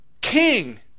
King